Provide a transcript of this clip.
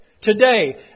today